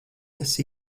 kas